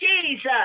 Jesus